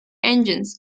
engines